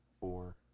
four